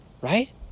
Right